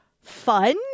fun